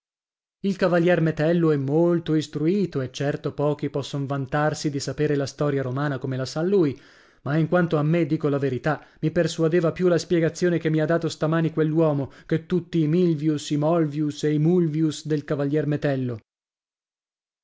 il cavalier metello è molto istruito e certo pochi posson vantarsi di sapere la storia romana come la sa lui ma in quanto a me dico la verità mi persuadeva più la spiegazione che mi ha dato stamani quell'uomo che tutti i milvius i molvius e i mulvius del cavalier metello